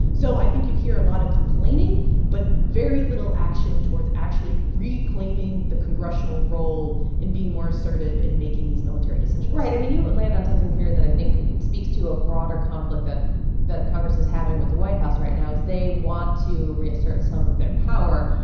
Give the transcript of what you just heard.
so i think you hear a lot of complaining but very little action towards actually reclaiming the congressional role in being more assertive in making these military decisions right. i mean, you land on something here that i think speaks to a broader conflict that that congress is having with the white house right now, is they want to reassert some of their power,